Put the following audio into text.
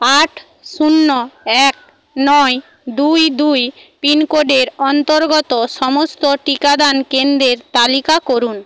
আট শূন্য এক নয় দুই দুই পিনকোডের অন্তর্গত সমস্ত টিকাদান কেন্দ্রের তালিকা করুন